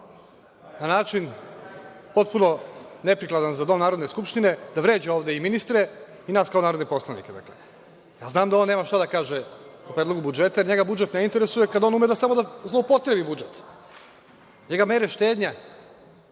na način potpuno neprikladan za Dom Narodne skupštine, da vređa ovde i ministre i nas kao narodne poslanike. Ja znam da on nema šta da kaže o Predlogu budžeta, jer njega budžet ne interesuje, kada on ume samo da zloupotrebi budžet. NJega mere štednje